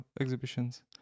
exhibitions